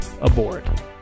aboard